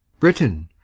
britain.